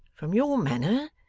from your manner,